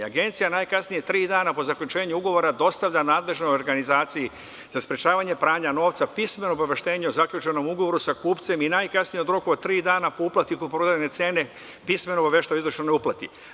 Agencija najkasnije tri dana po zaključenju ugovora dostavlja nadležnoj Organizaciji za sprečavanje pranja novca pismeno obaveštenje o zaključenom ugovoru sa kupcem i najkasnije od tri dana po uplati kupoprodajne cene pismeno obaveštava o izvršenoj uplati.